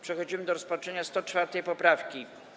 Przechodzimy do rozpatrzenia 104. poprawki.